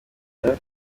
bafite